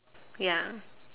ya